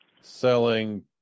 selling